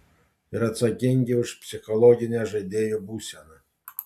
ir atsakingi už psichologinę žaidėjų būseną